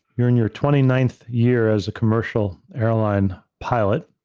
you're in your twenty ninth year as a commercial airline pilot,